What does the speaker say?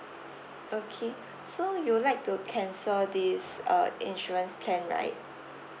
okay so you would like to cancel this uh insurance plan right